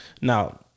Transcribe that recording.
Now